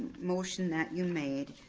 motion that you made,